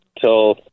till